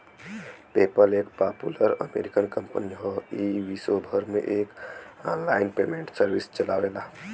PayPal एक popular American company हौ ई विश्वभर में एक आनलाइन पेमेंट सर्विस चलावेला